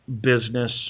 business